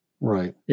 right